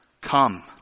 Come